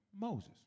Moses